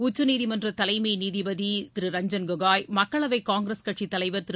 உச்சநீதிமன்ற தலைமை நீதிபதி ரஞ்சள் கோகோய் மக்களவை காங்கிரஸ் கட்சித்தலைவர் திரு